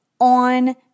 on